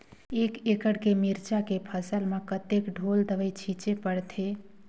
एक एकड़ के मिरचा के फसल म कतेक ढोल दवई छीचे पड़थे?